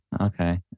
okay